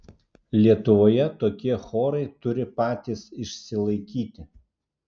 lietuvoje tokie chorai turi patys išsilaikyti